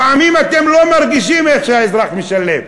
לפעמים אתם לא מרגישים איך שהאזרח משלם,